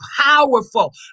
powerful